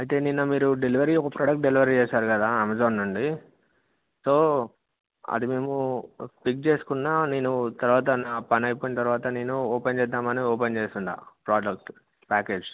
అయితే నిన్న మీరు డెలివరీ ఒక ప్రోడక్ట్ డెలివరీ చేశారు కదా అమెజాన్ నుండి సో అది మేము పిక్ చేసుకున్నా నేను తర్వాత నా పని అయిపోయిన తర్వాత నేను ఓపెన్ చేద్దామని ఓపెన్ చేస్తున్నాను ప్రోడక్ట్ ప్యాకేజ్